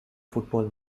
football